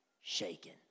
shaken